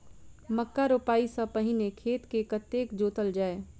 मक्का रोपाइ सँ पहिने खेत केँ कतेक जोतल जाए?